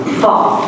fall